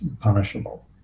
punishable